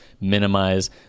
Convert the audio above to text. minimize